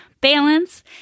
balance